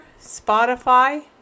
Spotify